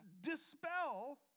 dispel